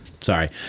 Sorry